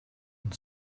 and